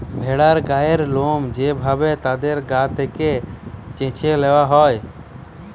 ভেড়ার গায়ের লোম যে ভাবে তাদের গা থেকে চেছে নেওয়া হয়